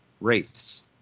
wraiths